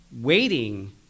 waiting